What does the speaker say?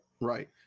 right